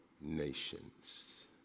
nations